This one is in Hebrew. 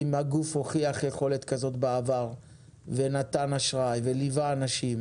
אם הגוף הוכיח יכולת כזאת בעבר ונתן אשראי וליווה אנשים,